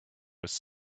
was